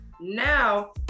Now